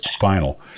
final